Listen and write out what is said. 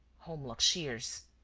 holmlock shears.